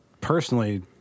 personally